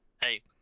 Hey